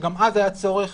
שגם אז היה צורך